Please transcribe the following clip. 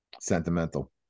Sentimental